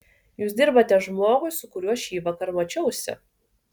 jūs dirbate žmogui su kuriuo šįvakar mačiausi